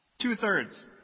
Two-thirds